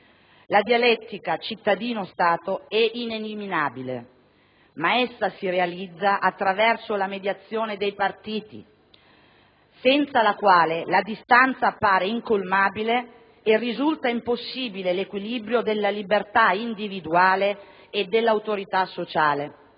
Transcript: La dialettica cittadino-Stato è ineliminabile. Ma essa si realizza attraverso la mediazione dei partiti, senza la quale la distanza appare incolmabile e risulta impossibile 1'equilibrio della libertà individuale e dell'autorità sociale».